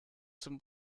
zum